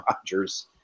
Rodgers